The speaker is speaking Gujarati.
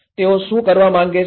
તેઓ શું કરવા માગે છે